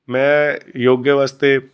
ਮੈਂ ਯੋਗੇ ਵਾਸਤੇ